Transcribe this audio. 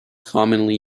commonly